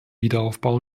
wiederaufbau